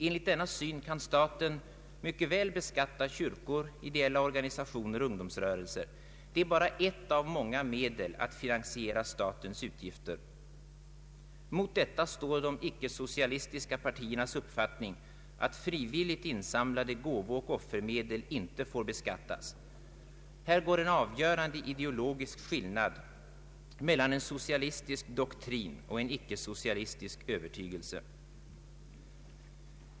Enligt denna syn kan staten mycket väl beskatta kyrkor, ideella organisationer och ungdomsrörelser. Det är bara ett av många medel att finansiera statens utgifter. Mot detta står de icke-socialistiska partiernas uppfattning att frivilligt insamlade gåvooch offermedel inte får beskattas. Här går en avgörande ideologisk skillnad mellan en socialistisk doktrin och en icke-socialistisk övertygelse.